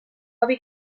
avi